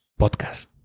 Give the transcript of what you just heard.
podcast